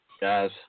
guys